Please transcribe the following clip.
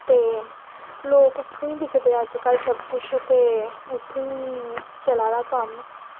ते लोक उत्थां दिक्खदे अज्जकल ते उत्थुं चला दा कम्म